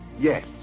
Yes